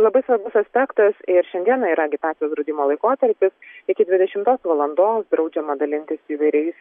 labai svarbus aspektas ir šiandieną yra agitacijos draudimo laikotarpis iki dvidešimtos valandos draudžiama dalintis įvairiais